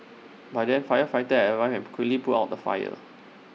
by then firefighters have arrived and quickly put out the fire